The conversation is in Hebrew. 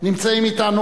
נמצאים אתנו,